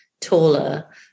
taller